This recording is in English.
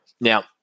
Now